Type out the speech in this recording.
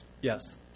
Yes